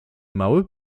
mały